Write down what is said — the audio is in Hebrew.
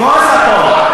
גם פה.